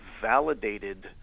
validated